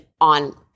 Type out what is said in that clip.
on